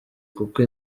kuko